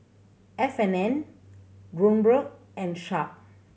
F and N Kronenbourg and Sharp